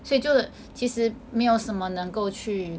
所以就其实没有什么能够去